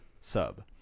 sub